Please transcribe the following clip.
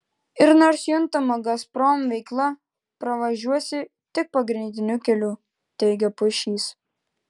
ir nors juntama gazprom veikla pravažiuosi tik pagrindiniu keliu teigė puišys